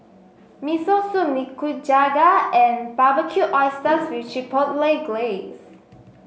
Miso Soup Nikujaga and Barbecued Oysters with Chipotle Glaze